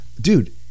dude